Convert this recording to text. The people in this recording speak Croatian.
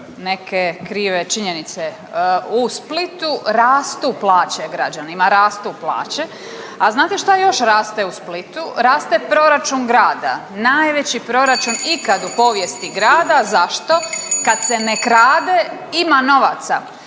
neke krive činjenice. U Splitu rastu plaće građanima, rastu plaće, a znate šta još raste u Splitu, raste proračun grada. Najveći proračun ikad u povijesti grada. Zašto? Kad se ne krade ima novaca.